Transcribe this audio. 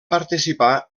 participar